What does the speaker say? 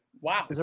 Wow